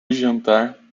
jantar